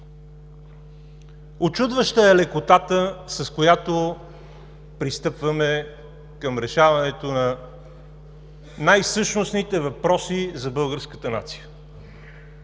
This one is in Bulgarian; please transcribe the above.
Учудваща е лекотата, с която пристъпваме към решаването на най-същностните въпроси за българската нация,